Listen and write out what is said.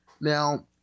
Now